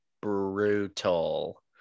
brutal